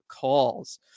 calls